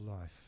life